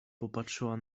popatrzyła